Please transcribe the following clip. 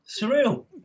surreal